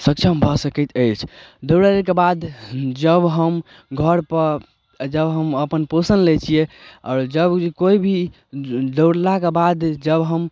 सक्षम भऽ सकैत अछि दौड़यके बाद जब हम घर पर जब हम अपन पोषण लै छियै जब कोइ भी दौड़लाके बाद जब हम